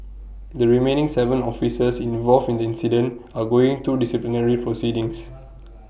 the remaining Seven officers involved in the incident are going through disciplinary proceedings